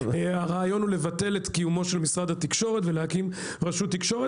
הרעיון הוא לבטל את קיומו של משרד התקשורת ולהקים רשות תקשורת,